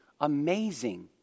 amazing